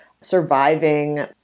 surviving